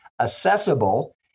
accessible